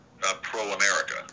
pro-America